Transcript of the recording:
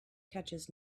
catches